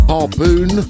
Harpoon